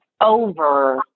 over